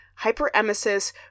hyperemesis